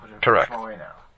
correct